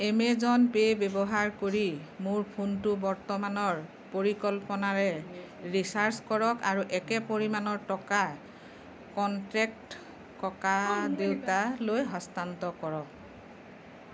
Amazon pay ব্যৱহাৰ কৰি মোৰ ফোনটো বৰ্তমানৰ পৰিকল্পনাৰে ৰিচাৰ্জ কৰক আৰু একে পৰিমাণৰ টকা কনটেক্ট ককা দেউতালৈ হস্তান্তৰ কৰক